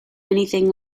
anything